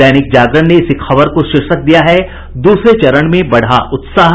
दैनिक जागरण ने इसी खबर को शीर्षक दिया है द्रसरे चरण में बढ़ा उत्साह